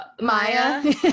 Maya